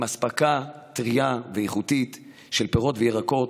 עם אספקה טרייה ואיכותית של פירות וירקות,